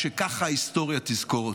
הוא שככה ההיסטוריה תזכור אותך.